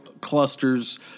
clusters